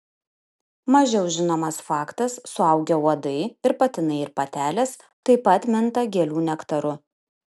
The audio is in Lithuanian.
mažiau žinomas faktas suaugę uodai ir patinai ir patelės taip pat minta gėlių nektaru